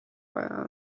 vaja